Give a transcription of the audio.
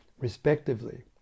respectively